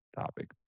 Topic